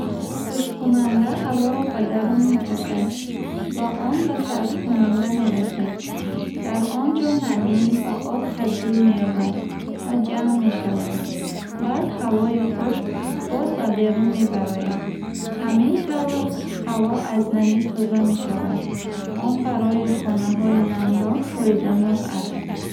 Хушккунанда ҳаворо ба дарун мекашад ва он ба сардкунанда мерасад. Дар он ҷо намӣ ба об табдил меёбад ва ҷамъ мешавад. Баъд ҳавои хушк боз ба берун мебарояд. Ҳамин тавр, ҳаво аз намӣ тоза мешавад. Он барои хонаҳои намнок фоиданок аст.